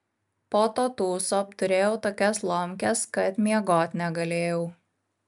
po to tūso apturėjau tokias lomkes kad miegot negalėjau